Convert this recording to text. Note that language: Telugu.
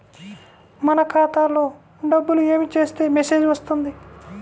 మన ఖాతాలో డబ్బులు ఏమి చేస్తే మెసేజ్ వస్తుంది?